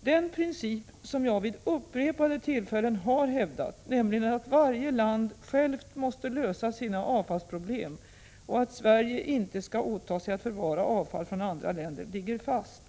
Den princip som jag vid upprepade tillfällen har hävdat, nämligen att varje land självt måste lösa sina avfallsproblem och att Sverige inte skall åta sig att förvara avfall från andra länder, ligger fast.